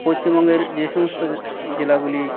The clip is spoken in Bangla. পশ্চিমবঙ্গের যে সমস্ত জেলাগুলি